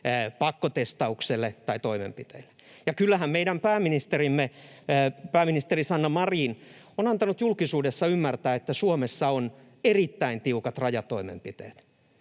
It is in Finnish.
pakkotestaukseen tai toimenpiteisiin. Kyllähän meidän pääministerimme, pääministeri Sanna Marin, on antanut julkisuudessa ymmärtää, että Suomessa on erittäin tiukat rajatoimenpiteet,